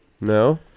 No